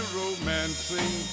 romancing